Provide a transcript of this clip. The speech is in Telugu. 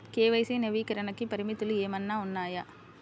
కే.వై.సి నవీకరణకి పరిమితులు ఏమన్నా ఉన్నాయా?